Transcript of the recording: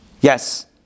Yes